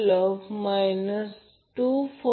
Ib IBC IAB असेल